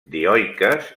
dioiques